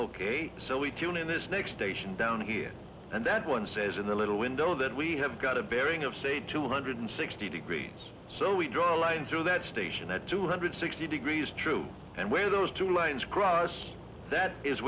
ok so we tune in this next station down here and that one says in the little window that we have got a bearing of say two hundred sixty degrees so we draw a line through that station at two hundred sixty degrees true and where those two lines cross that is